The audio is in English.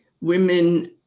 women